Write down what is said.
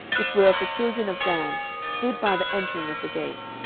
which were of the children of dan, stood by the entering of the gate.